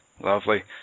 Lovely